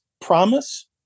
promise